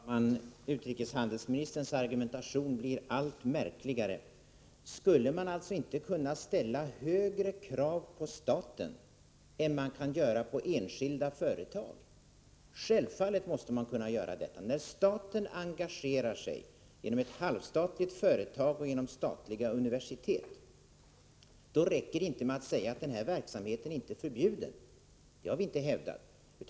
Herr talman! Utrikeshandelsministerns argumentation blir allt märkligare. Skulle man alltså inte kunna ställa högre krav på staten än på enskilda företag? Självfallet måste man kunna detta. När staten engagerar sig genom ett halvstatligt företag och genom statliga universitet, räcker det inte med att säga att denna verksamhet inte är förbjuden. Det har vi inte heller hävdat.